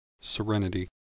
Serenity